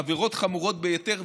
עבירות חמורות ביותר,